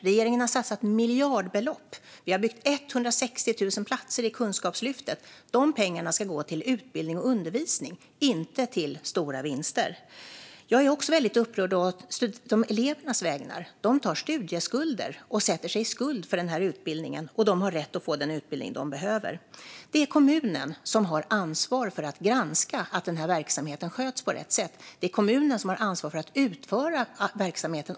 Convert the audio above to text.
Regeringen har satsat miljardbelopp. Vi har byggt 160 000 platser i Kunskapslyftet. De pengarna ska gå till utbildning och undervisning, inte till stora vinster. Jag är också väldigt upprörd å elevernas vägnar. De tar studielån och sätter sig i skuld för den här utbildningen, och de har rätt att få den utbildning de behöver. Det är kommunen som har ansvar för att granska att den här verksamheten sköts på rätt sätt. Det är kommunen som har ansvar för att utföra verksamheten.